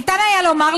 "ניתן היה לומר,